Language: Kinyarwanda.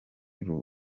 rukamba